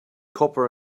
copper